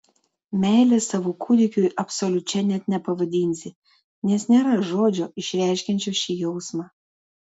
meilės savo kūdikiui absoliučia net nepavadinsi nes nėra žodžio išreiškiančio šį jausmą